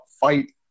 fight